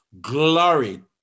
glory